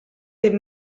les